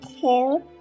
two